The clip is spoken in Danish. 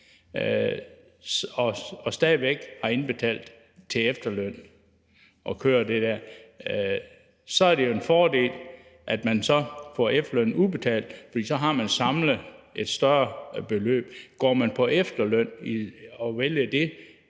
og stadig væk har indbetalt til efterlønnen og kører det der, er det jo en fordel, at man så får efterlønnen udbetalt, fordi så har man samlet et større beløb. Hvis man vælger at